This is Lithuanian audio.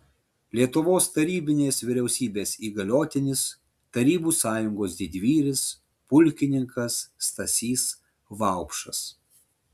lietuvos tarybinės vyriausybės įgaliotinis tarybų sąjungos didvyris pulkininkas stasys vaupšas